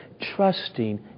trusting